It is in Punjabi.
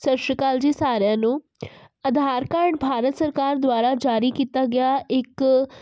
ਸਤਿ ਸ਼੍ਰੀ ਅਕਾਲ ਜੀ ਸਾਰਿਆਂ ਨੂੰ ਆਧਾਰ ਕਾਰਡ ਭਾਰਤ ਸਰਕਾਰ ਦੁਆਰਾ ਜਾਰੀ ਕੀਤਾ ਗਿਆ ਇੱਕ